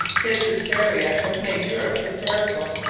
his hysteria has made europe hysterical,